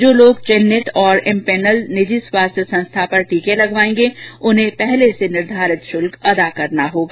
जो लोग चिन्हित और इमपैनल निजी स्वास्थ्य संस्था पर टीके लगवाएंगे उन्हें पहले से निर्धारित शुल्क अदा करना होगा